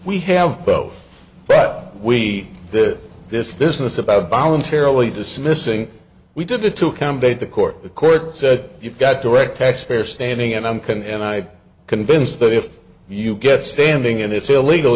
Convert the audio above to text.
we have both but we did this business about voluntarily dismissing we did it to come by the court the court said you've got direct taxpayer standing and i'm can and i convinced that if you get standing and it's illegal